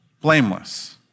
blameless